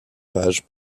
page